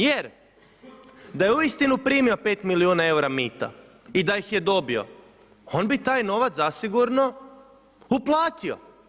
Jer da je uistinu primio 5 milijuna eura mita i da ih je dobio, on bi taj novac zasigurno uplatio.